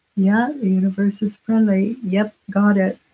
yeah, the universe is friendly. yep. got it,